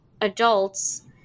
adults